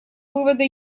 вывода